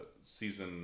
season